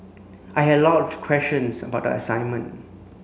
I had a lot of questions about the assignment